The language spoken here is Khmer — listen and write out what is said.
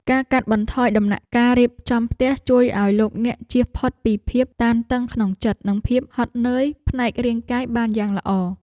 ការកាត់បន្ថយដំណាក់កាលរៀបចំផ្ទះ ជួយឱ្យលោកអ្នកជៀសផុតពីភាពតានតឹងក្នុងចិត្តនិងភាពហត់នឿយផ្នែករាងកាយបានយ៉ាងល្អ។